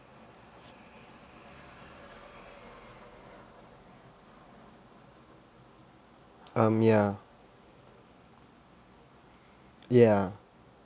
um ya ya